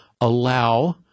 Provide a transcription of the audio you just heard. allow